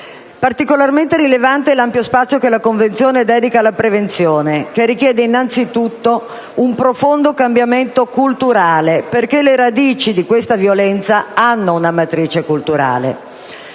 Particolarmente rilevante è l'ampio spazio che la Convenzione dedica alla prevenzione, che richiede, innanzitutto, un profondo cambiamento culturale, perché le radici di questa violenza hanno una matrice culturale.